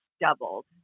doubled